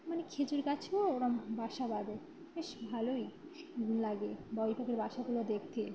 মানে খেজুর গাছেও ওরা বাসা বাধে বেশ ভালোই লাগে বাবুই পখির বাসাগুলো দেখতে